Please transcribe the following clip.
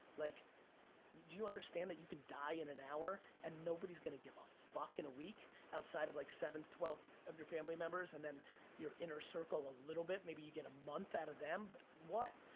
like do you understand that you could die in an hour and nobody's gonna give a fuck in a week outside of like seven to twelve of your family members and then your inner circle a little bit, maybe you get a month out of them but what?